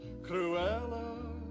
Cruella